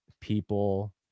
people